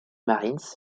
marines